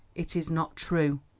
it is not true.